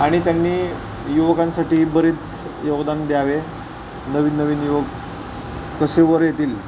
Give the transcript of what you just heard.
आणि त्यांनी युवकांसाठी बरीच योगदान द्यावे नवीन नवीन युवक कसे वर येतील